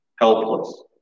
helpless